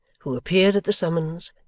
who appeared at the summons,